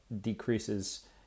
decreases